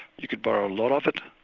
you could borrow a lot of it.